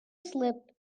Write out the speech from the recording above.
slip